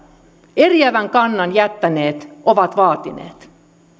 eriävän kannan jättäneet ovat vaatineet